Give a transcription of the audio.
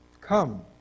Come